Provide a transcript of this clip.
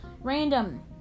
random